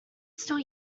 still